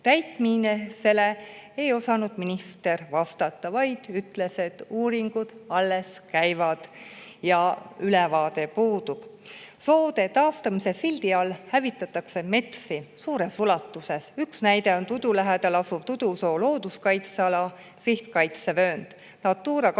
täitmisele, ei osanud minister vastata, vaid ütles, et uuringud alles käivad ja ülevaade puudub. Soode taastamise sildi all hävitatakse metsi suures ulatuses. Üks näide on Tudu lähedal asuv Tudusoo looduskaitseala sihtkaitsevöönd, Natura 2000